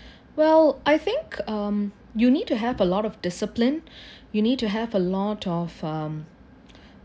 well I think um you need to have a lot of discipline you need to have a lot of uh